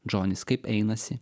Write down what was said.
džonis kaip einasi